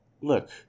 look